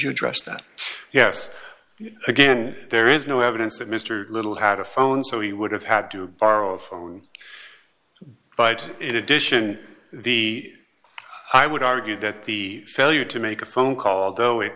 you address that yes again there is no evidence that mr little had a phone so he would have had to borrow a phone but in addition the i would argue that the failure to make a phone call though it